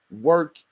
work